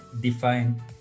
define